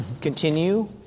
continue